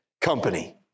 company